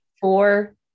Four